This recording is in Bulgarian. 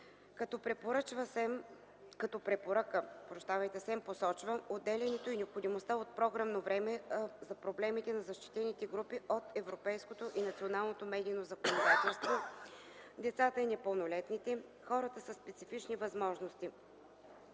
Като препоръка СЕМ посочва отделянето и необходимостта от програмно време за проблемите на защитените групи от европейското и националното медийно законодателство – децата и непълнолетните, хората със специфични възможности,